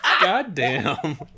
Goddamn